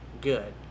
good